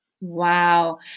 Wow